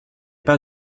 pas